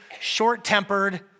short-tempered